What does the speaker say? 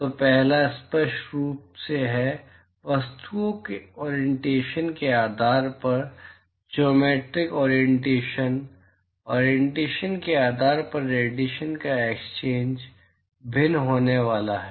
तो पहला स्पष्ट रूप से है वस्तुओं के ओरिएंटेशन के आधार पर ज्योमेट्रिक ओरिएंटेशन ओरिएंटेशन के आधार पर रेडिएशन एक्सचेंज भिन्न होने वाला है